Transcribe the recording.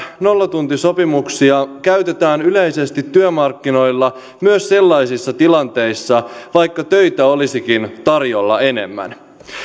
nollatuntisopimuksia käytetään yleisesti työmarkkinoilla myös sellaisissa tilanteissa joissa töitä olisikin tarjolla enemmän